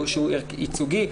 שהוא ייצוגי,